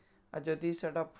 ଆର୍ ଯଦି ସେଟା